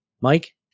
Mike